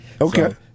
Okay